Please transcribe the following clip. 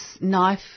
knife